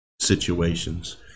situations